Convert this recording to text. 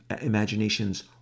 imaginations